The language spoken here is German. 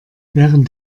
während